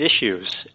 issues